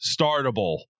startable